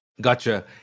Gotcha